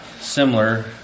similar